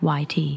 YT